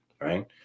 right